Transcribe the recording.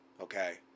Okay